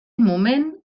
moment